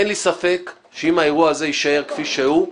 אין לי ספק שאם האירוע הזה יישאר כפי שהוא,